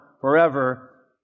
forever